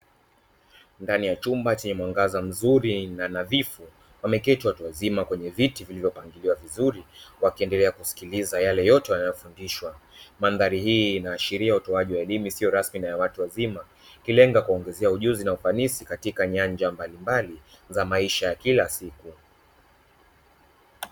Ndani ya chumba chenye mwanga mzuri na nadhifu wameketi watu wazima kwenye viti vilivyopangiliwa vizuri, wakiendalea kusikiliza yale yote wanayofundishwa, Mandhali hii inaashiria utoaji elimu isiyo rasmi na yawatu wazima, ikilenga kuwaongeza ujuzi na ufanisi katika nyanja mbalimbali za maisha ya kila siku.